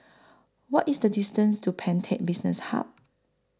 What IS The distance to Pantech Business Hub